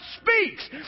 speaks